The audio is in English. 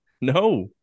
No